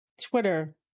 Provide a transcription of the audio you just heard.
Twitter